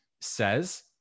says